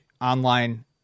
online